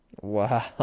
Wow